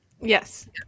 Yes